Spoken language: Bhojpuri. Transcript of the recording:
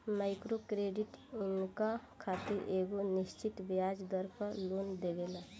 माइक्रो क्रेडिट इनका खातिर एगो निश्चित ब्याज दर पर लोन देवेला